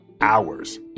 hours